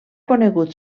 conegut